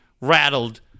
rattled